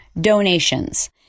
donations